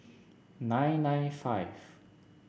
nine nine five